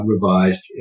revised